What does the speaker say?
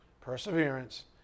Perseverance